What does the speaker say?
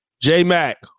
J-Mac